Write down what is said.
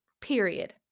Period